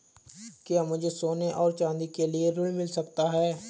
क्या मुझे सोने और चाँदी के लिए ऋण मिल सकता है?